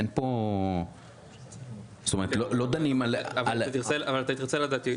זאת אומרת לא דנים על --- אבל אתה תרצה לדעת.